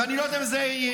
ואני לא יודע אם לזה התכוונת,